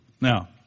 Now